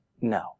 No